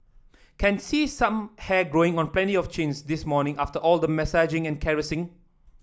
can see some hair growing on plenty of chins this morning after all the massaging and caressing